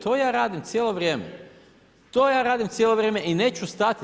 To ja radim cijelo vrijeme, to ja radim cijelo vrijeme i neću stati.